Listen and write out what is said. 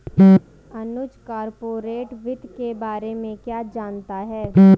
अनुज corporate वित्त के बारे में क्या जानता है?